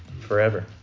forever